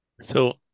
So-